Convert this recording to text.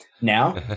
now